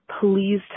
Please